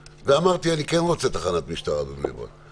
ואמרתי: אני כן רוצה תחנת משטרה בבני ברק.